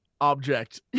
object